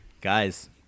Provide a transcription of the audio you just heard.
Guys